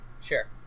Sure